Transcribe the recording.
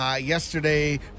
Yesterday